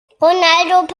ronaldo